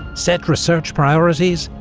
set research priorities,